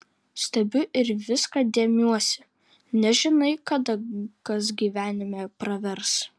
stebiu ir viską dėmiuosi nežinai kada kas gyvenime pravers